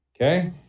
Okay